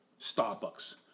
Starbucks